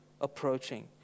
approaching